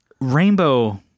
rainbow